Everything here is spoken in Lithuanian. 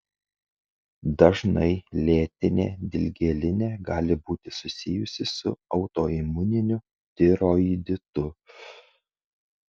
dažnai lėtinė dilgėlinė gali būti susijusi su autoimuniniu tiroiditu